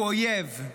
הוא אויב.